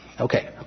Okay